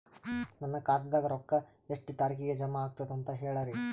ನನ್ನ ಖಾತಾದಾಗ ರೊಕ್ಕ ಎಷ್ಟ ತಾರೀಖಿಗೆ ಜಮಾ ಆಗತದ ದ ಅಂತ ಹೇಳರಿ?